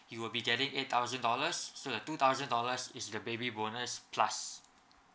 you will be getting eight thousand dollars so the two thousand dollars is the baby bonus plus